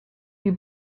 you